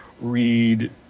read